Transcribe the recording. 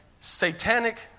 satanic